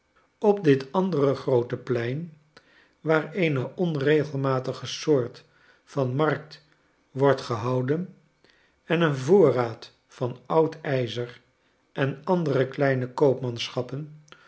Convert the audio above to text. op dit andere groote plein waar eene onregelmatige soort van markt wordt gehouden en een voorraad van oud ijzer en andere kleine